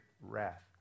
wrath